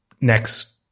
next